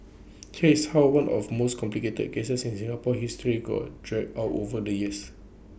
here is how one of most complicated cases in Singapore's history got dragged out over the years